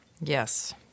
Yes